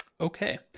Okay